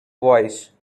voice